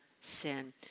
sin